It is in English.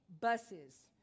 buses